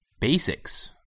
BASICs